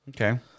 Okay